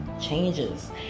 changes